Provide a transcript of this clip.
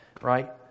right